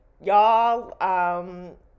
y'all